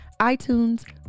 iTunes